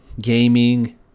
gaming